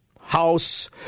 house